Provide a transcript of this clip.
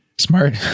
Smart